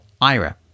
Ira